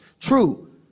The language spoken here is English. True